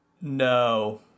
No